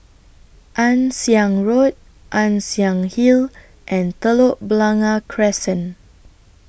Ann Siang Road Ann Siang Hill and Telok Blangah Crescent